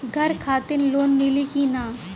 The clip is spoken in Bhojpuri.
घर खातिर लोन मिली कि ना?